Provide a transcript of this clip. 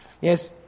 Yes